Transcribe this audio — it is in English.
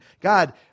God